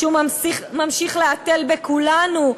הוא ממשיך להתל בכולנו.